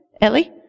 Ellie